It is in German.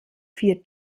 vier